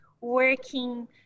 working